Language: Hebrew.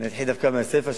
אני אתחיל דווקא מהסיפא שלך,